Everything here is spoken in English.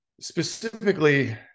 specifically